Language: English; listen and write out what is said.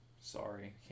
Sorry